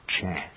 chance